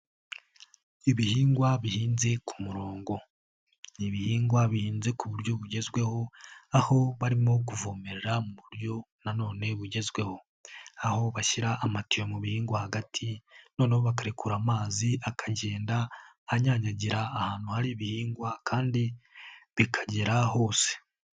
Ibihingwa bihinze ku murongo. Ni ibihingwa bihinze ku buryo bugezweho, aho barimo kuvomerera mu buryo na none bugezweho. Aho bashyira amatiyo mu bihingwa hagati noneho bakarekura amazi akagenda anyanyagira ahantu hari ibihingwa kandi bikagera hose.